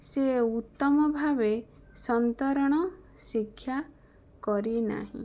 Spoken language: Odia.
ସିଏ ଉତ୍ତମ ଭାବେ ସନ୍ତରଣ ଶିକ୍ଷା କରି ନାହିଁ